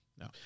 No